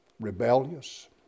rebellious